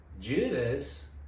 Judas